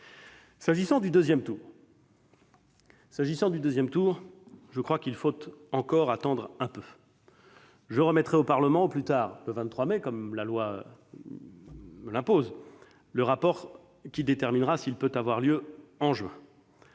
S'agissant du deuxième tour, je crois qu'il importe d'attendre encore un peu. Je remettrai au Parlement, au plus tard le 23 mai, comme la loi me l'impose, le rapport qui déterminera si ce deuxième tour peut avoir lieu en juin.